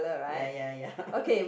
ya ya ya